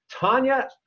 Tanya